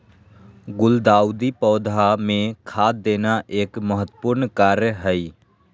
गुलदाऊदी पौधा मे खाद देना एक महत्वपूर्ण कार्य हई